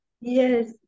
yes